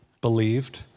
believed